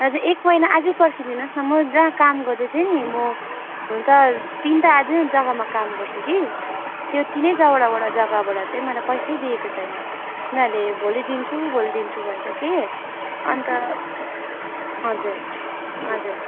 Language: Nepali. हजुर एक महिना अझै पर्खिदिनुहोस् न म जहाँ काम गर्दैथेँ नि म हुन त तिनवटा अझै जग्गामा काम गर्छु कि त्यो तिनै जग्गाबाट जग्गाबाट चाहिँ मलाई पैसै दिएको छैन उनीहरूले भोलि दिन्छु भोलि दिन्छु भन्छ कि अन्त हजुर हजुर